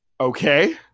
Okay